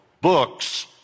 books